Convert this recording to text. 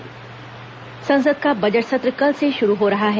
budget सत्र संसद का बजट सत्र कल से शुरू हो रहा है